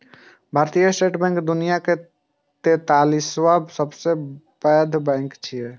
भारतीय state bank दुनियाक तैंतालिसवां सबसं पैघ बैंक छियै